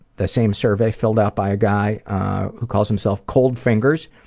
the same survey filled out by a guy who calls himself cold fingers.